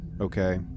okay